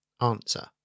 Answer